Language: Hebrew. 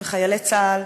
בחיילי צה"ל,